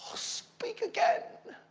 speak again,